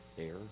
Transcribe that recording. air